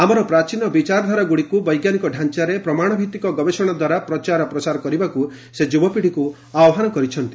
ଆମର ପ୍ରାଚୀନ ବିଚାରଧାରାଗୁଡ଼ିକୁ ବୈଜ୍ଞାନିକ ଡାଞ୍ଚାରେ ପ୍ରମାଣଭିତ୍ତିକ ଗବେଷଣାଦ୍ୱାରା ପ୍ରଚାର ପ୍ରସାର କରିବାକୁ ସେ ଯୁବପିଢ଼ିକୁ ଆହ୍ୱାନ କରିଛନ୍ତି